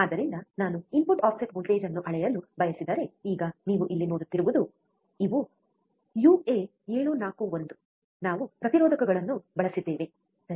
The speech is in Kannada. ಆದ್ದರಿಂದ ನಾನು ಇನ್ಪುಟ್ ಆಫ್ಸೆಟ್ ವೋಲ್ಟೇಜ್ ಅನ್ನು ಅಳೆಯಲು ಬಯಸಿದರೆ ಈಗ ನೀವು ಇಲ್ಲಿ ನೋಡುತ್ತಿರುವುದು ಇವು ಯುಎ741 ನಾವು ಪ್ರತಿರೋಧಕಗಳನ್ನು ಬಳಸಿದ್ದೇವೆ ಸರಿ